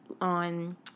on